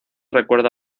recuerda